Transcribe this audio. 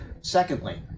secondly